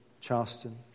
Charleston